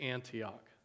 Antioch